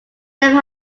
never